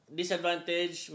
disadvantage